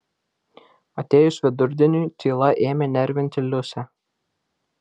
atėjus vidurdieniui tyla ėmė nervinti liusę